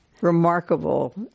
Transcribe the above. remarkable